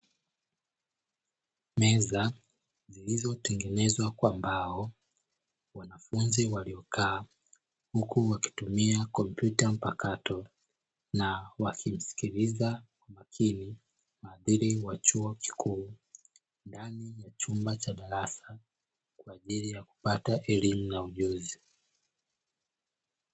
Meza iliyo tengenezwa kwambao wanafunzi wa vifaa mkuu wakitumia kompyuta mpakato na wafisikiliza lakini waziri wa chuo kikuu ndani ya chumba cha darasa kwa ajili ya kupata elimu na ujuzi.